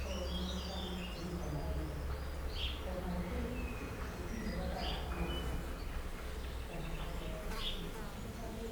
To furyukana yiwkwa margi kwamarg titcal ɗijayabaɗa akumargi kwa wurɗyavvu wurɗhavu